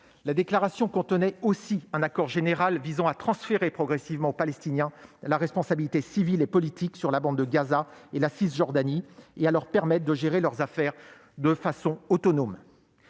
La déclaration contenait aussi un accord général visant à transférer progressivement aux Palestiniens la responsabilité civile et politique sur la bande de Gaza et la Cisjordanie, et à leur permettre de gérer leurs affaires de façon autonome.